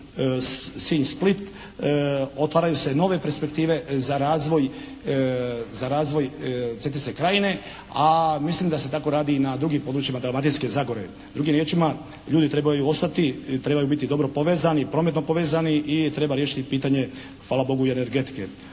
Sinj-Split otvaraju se nove perspektive za razvoj, za razvoj Cetinske krajine, a mislim da se tako radi i na drugim područjima Dalmatinske Zagore. Drugim riječima ljudi trebaju ostati, trebaju biti dobro povezani, prometno povezani i treba riješiti pitanje hvala Bogu i energetike.